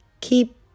keep